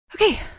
Okay